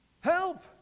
Help